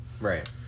right